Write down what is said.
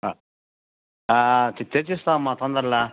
తెచ్చిస్తానమ్మా తొందర్లో